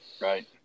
Right